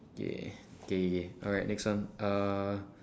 okay okay okay alright next one uh